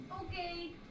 Okay